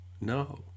No